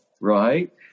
right